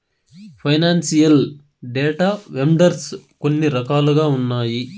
financial data vendors కొన్ని రకాలుగా ఉన్నాయి